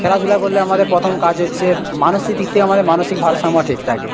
খেলাধূলা করলে আমাদের প্রথম কাজ হচ্ছে মানসিক দিক থেকে আমাদের মানসিক ভারসাম্য ঠিক থাকে